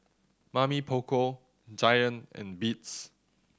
Mamy Poko Giant and Beats